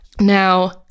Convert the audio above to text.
Now